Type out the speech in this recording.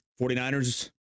49ers